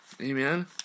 Amen